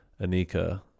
Anika